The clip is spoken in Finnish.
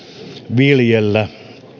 viljellä